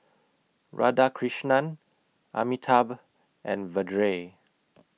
Radhakrishnan Amitabh and Vedre